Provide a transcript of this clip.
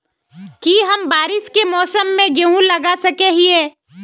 की हम बारिश के मौसम में गेंहू लगा सके हिए?